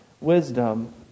wisdom